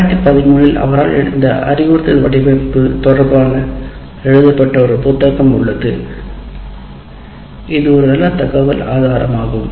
2013 இல் அவரால் இந்த அறிவுறுத்தல் வடிவமைப்பு தொடர்பான எழுதப்பட்ட ஒரு புத்தகம் உள்ளது இது ஒரு நல்ல தகவல் ஆதாரமாகும்